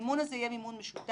המימון הזה יהיה מימון משותף.